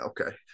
Okay